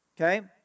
okay